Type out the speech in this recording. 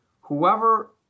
whoever